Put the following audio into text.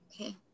Okay